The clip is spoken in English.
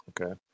Okay